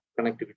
connectivity